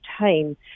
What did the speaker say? time